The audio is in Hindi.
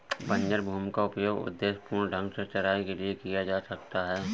बंजर भूमि का उपयोग उद्देश्यपूर्ण ढंग से चराई के लिए किया जा सकता है